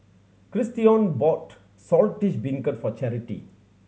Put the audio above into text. Christion bought Saltish Beancurd for Charity